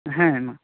ᱦᱮᱸ ᱢᱟ